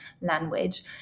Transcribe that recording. language